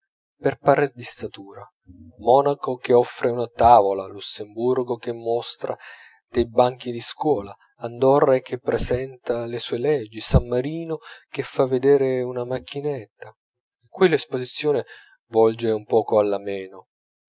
per parer di statura monaco che offre una tavola lussemburgo che mostra dei banchi di scuola andorre che presenta le sue leggi san marino che fa vedere una macchinetta qui l'esposizione volge un poco all'ameno ma